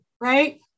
right